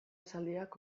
esaldiak